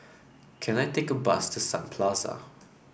can I take a bus to Sun Plaza